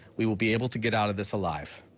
we will be able to get out of this alive.